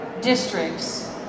districts